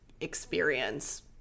experience